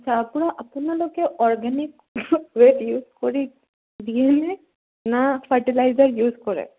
আচ্ছা আপোনাৰ আপোনালোকে অৰ্গেনিক ৱেত ইউজ কৰি দিয়েনে না ফাৰ্টিলাইজাৰ ইউজ কৰে